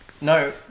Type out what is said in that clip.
No